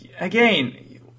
Again